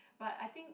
but I think